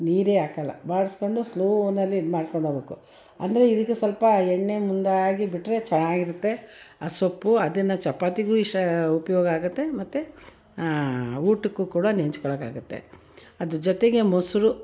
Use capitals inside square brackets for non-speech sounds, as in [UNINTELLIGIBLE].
ನೀರೆ ಹಾಕೋಲ್ಲ ಬಾಡಿಸಿಕೊಂಡು ಸ್ಲೋನಲ್ಲಿ ಇದು ಮಾಡ್ಕೊಂಡು ಹೋಗ್ಬೇಕು ಅಂದರೆ ಈ ರೀತಿ ಸ್ವಲ್ಪ ಎಣ್ಣೆ ಮುಂದಾಗಿ ಬಿಟ್ಟರೆ ಚೆನ್ನಾಗಿರುತ್ತೆ ಆ ಸೊಪ್ಪು ಅದನ್ನು ಚಪಾತಿಗೂ [UNINTELLIGIBLE] ಉಪಯೋಗ ಆಗುತ್ತೆ ಮತ್ತೆ ಊಟಕ್ಕೂ ಕೂಡ ನೆಂಚ್ಕೊಳ್ಳೋಕ್ಕಾಗುತ್ತೆ ಅದರ ಜೊತೆಗೆ ಮೊಸರು